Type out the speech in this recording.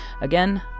Again